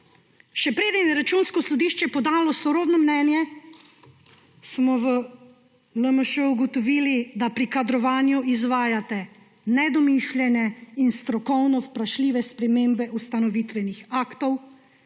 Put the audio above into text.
Še preden je Računsko sodišče podalo sorodno mnenje, smo v LMŠ ugotovili, da pri kadrovanju izvajate nedomišljene in strokovno vprašljive spremembe ustanovitvenih aktov,